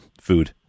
Food